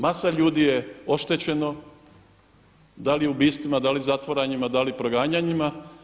Masa ljudi je oštećeno, da li ubojstvima, da li zatvaranjima, da li proganjanjima.